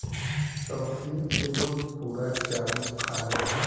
सौखीन से लोग भूरा चाउर खाले